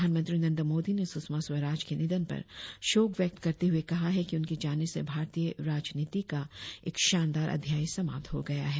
प्रधानमंत्री नरेंद्र मोदी ने सुषमा स्वराज के निधन पर शोक व्यक्त करते हुए कहा है कि उनके जाने से भारतीय राजनीति का एक शानदार अध्याय समाप्त हो गया है